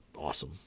awesome